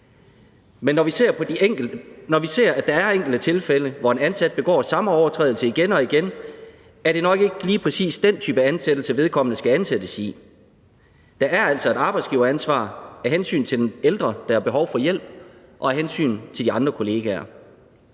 Men når vi ser, at der er enkelte tilfælde, hvor en ansat begår samme overtrædelse igen og igen, er det nok ikke lige præcis den type ansættelse, vedkommende skal have. Der er altså et arbejdsgiveransvar af hensyn til den ældre, der har behov for hjælp, og af hensyn til de andre kollegaer.